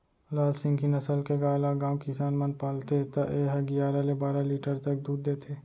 लाल सिंघी नसल के गाय ल गॉँव किसान मन पालथे त ए ह गियारा ले बारा लीटर तक दूद देथे